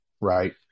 right